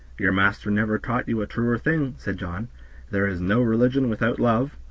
your master never taught you a truer thing, said john there is no religion without love,